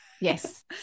Yes